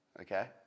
Okay